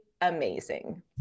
amazing